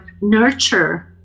nurture